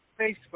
Facebook